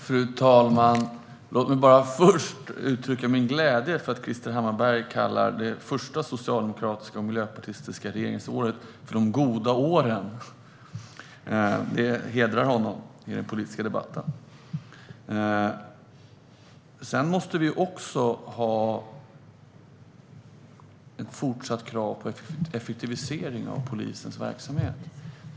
Fru talman! Låt mig bara först uttrycka min glädje över att Krister Hammarbergh kallar de första socialdemokratiska och miljöpartistiska regeringsåren för de "goda åren"! Det hedrar honom i den politiska debatten. Vi måste även ha ett fortsatt krav på effektivisering av polisens verksamhet.